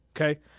okay